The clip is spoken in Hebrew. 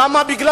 למה?